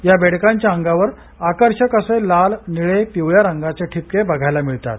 या बेडकांच्या अंगावर आकर्षक असे लाल निळे पिवळ्या रंगाचे ठिपके बघायला मिळतात